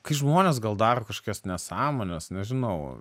kai žmonės gal daro kažkokias nesąmones nežinau